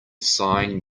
sign